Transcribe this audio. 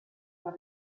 par